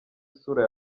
isura